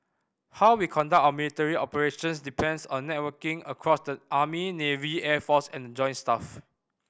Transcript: how we conduct our military operations depends on networking across the army navy air force and the joint staff